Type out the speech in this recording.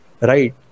Right